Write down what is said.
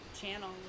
channel